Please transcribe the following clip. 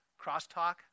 Crosstalk